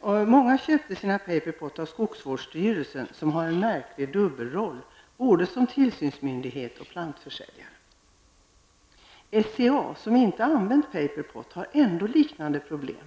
Många bolag har köpt sina paperpot av skogsvårdsstyrelsen som har en märklig dubbelroll både som tillsynsmyndighet och plantförsäljare. SCA har inte använt paperpot men har ändå liknande problem.